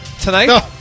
tonight